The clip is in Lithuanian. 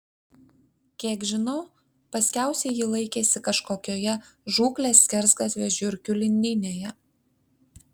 kiek žinau paskiausiai ji laikėsi kažkokioje žūklės skersgatvio žiurkių lindynėje